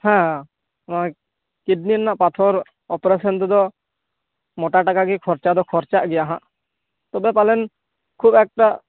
ᱦᱮ ᱱᱚᱭ ᱠᱤᱰᱱᱤ ᱨᱮᱱᱟᱜ ᱯᱟᱛᱷᱚᱨ ᱚᱯᱟᱨᱮᱥᱚᱱ ᱛᱮᱫᱚ ᱢᱚᱴᱟ ᱴᱟᱠᱟ ᱜᱮ ᱠᱷᱚᱨᱪᱟ ᱫᱚ ᱠᱷᱚᱨᱪᱟᱜ ᱜᱮᱭᱟ ᱦᱟᱸᱜ ᱛᱚᱵᱮ ᱯᱟᱞᱮᱱ ᱠᱷᱩᱵ ᱮᱠᱴᱟ